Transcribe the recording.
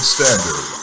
Standard